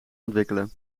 ontwikkelen